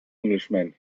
englishman